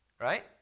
right